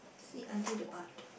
sit until the butt